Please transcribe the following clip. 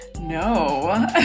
No